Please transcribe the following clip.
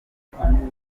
impungenge